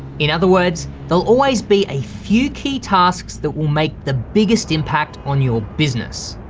in other words, they'll always be a few key tasks that will make the biggest impact on your business.